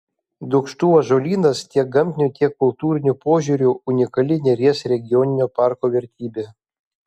dūkštų ąžuolynas tiek gamtiniu tiek kultūriniu požiūriu unikali neries regioninio parko vertybė